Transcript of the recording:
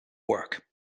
work